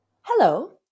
Hello